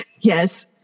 Yes